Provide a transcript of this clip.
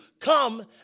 come